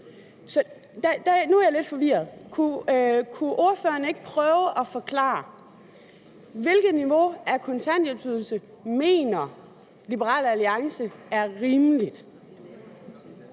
nu er jeg lidt forvirret. Kunne ordføreren ikke prøve at forklare, hvilket niveau på kontanthjælpsydelser Liberal Alliance mener er rimeligt.